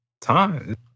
time